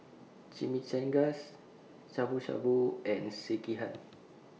Chimichangas Shabu Shabu and Sekihan